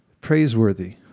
praiseworthy